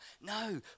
No